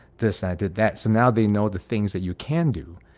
this i did that. so now they know the things that you can do.